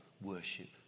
worship